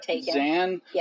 Zan